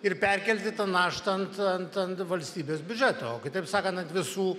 ir perkelti tą naštą ant ant ant valstybės biudžeto kitaip sakant ant visų